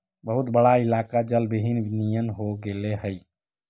बहुत बड़ा इलाका जलविहीन नियन हो गेले हई